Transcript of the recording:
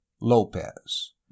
Lopez